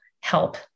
help